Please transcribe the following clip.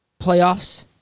playoffs